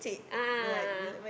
a'ah a'ah